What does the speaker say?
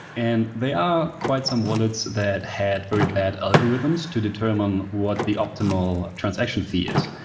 and they are quite some wallets that had very bad algorithms to determine what the optimal transaction fee is.